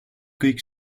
kõik